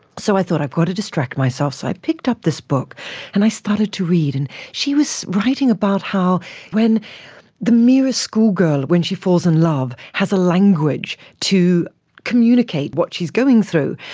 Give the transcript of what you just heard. so i thought i've got to distract myself, so i picked up this book and i started to read. and she was writing about how when the merest schoolgirl when she falls in love has a language to communicate what she is going through,